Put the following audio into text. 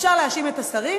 אפשר להאשים את השרים,